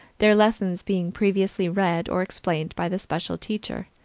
their lessons being previously read or explained by the special teacher.